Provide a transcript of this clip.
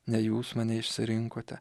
ne jūs mane išsirinkote